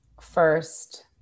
first